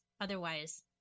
otherwise